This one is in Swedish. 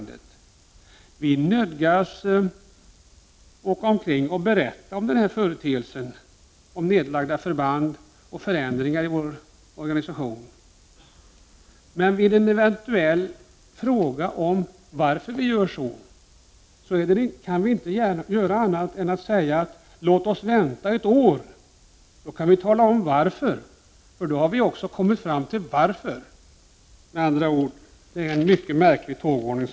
Det är därför inte förvånande att han avstår från att redovisa godtagbara skäl för en sådan odemokratisk hantering av en för försvaret viktig fråga. Slutligen är det allvarligt att försvarsministern — mot tidigare praxis — söker politisk strid i försvarsfrågorna.